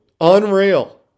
Unreal